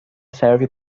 serve